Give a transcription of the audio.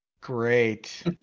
Great